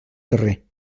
carrer